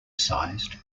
sized